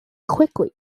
quickly